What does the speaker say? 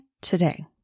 today